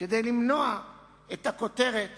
כדי למנוע את הכותרת